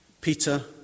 Peter